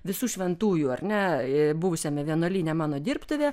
visų šventųjų ar ne buvusiame vienuolyne mano dirbtuvė